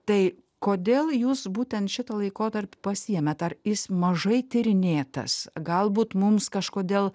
tai kodėl jūs būtent šitą laikotarpį pasiėmėt ar jis mažai tyrinėtas galbūt mums kažkodėl